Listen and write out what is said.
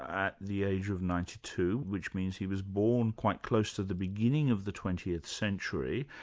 at the age of ninety two, which means he was born quite close to the beginning of the twentieth century,